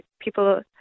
people